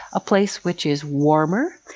a place which is warmer,